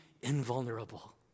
invulnerable